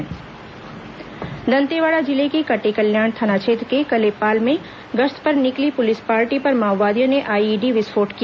माओवादी घटना दंतेवाड़ा जिले के कटेकल्याण थाना क्षेत्र के कलेपाल में गश्त पर निकली पुलिस पार्टी पर माओवादियों ने आईईडी विस्फोट किया